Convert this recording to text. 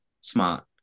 smart